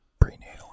prenatal